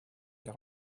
l’ai